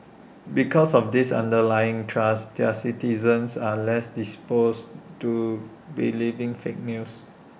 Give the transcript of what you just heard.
because of this underlying trust their citizens are less disposed to believing fake news